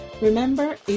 Remember